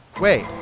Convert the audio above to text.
Wait